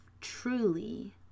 truly